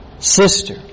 Sister